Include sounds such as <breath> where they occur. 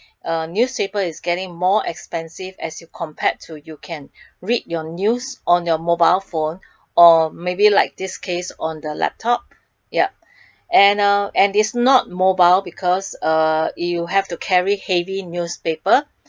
<breath> uh newspaper is getting more expensive as you compared to you can <breath> read your news on your mobile phone <breath> or maybe like this case on the laptop ya <breath> and uh is not mobile because uh you have to carry heavy newspaper